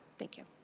thank you.